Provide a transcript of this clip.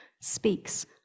speaks